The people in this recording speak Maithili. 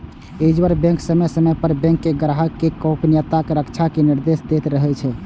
रिजर्व बैंक समय समय पर बैंक कें ग्राहक केर गोपनीयताक रक्षा के निर्देश दैत रहै छै